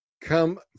come